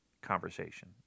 conversation